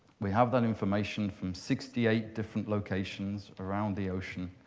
we have that information from sixty eight different locations around the ocean.